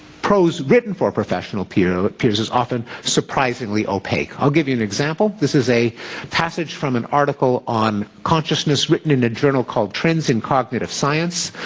prose written for professional peers peers is often surprisingly opaque. i'll give you an example. this is a passage from an article on consciousness written in a journal called trends in cognitive science,